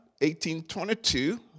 1822